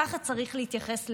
ככה צריך להתייחס לזה.